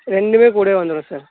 ரெண்டுமே கூடயே வந்துடும் சார்